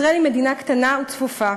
ישראל היא מדינה קטנה וצפופה,